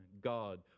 God